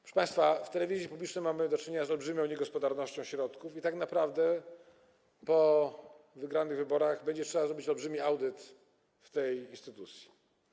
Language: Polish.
Proszę państwa, w telewizji publicznej mamy do czynienia z olbrzymią niegospodarnością w dysponowaniu środkami i tak naprawdę po wygranych wyborach będzie trzeba zrobić olbrzymi audyt w tej instytucji.